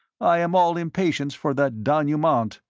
i am all impatience for the denouement.